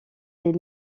des